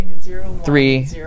three